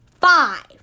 five